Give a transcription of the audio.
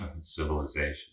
civilization